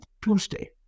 Tuesday